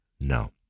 No